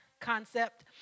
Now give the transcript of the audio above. concept